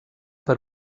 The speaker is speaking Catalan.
per